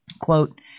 Quote